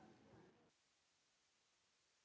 Merci,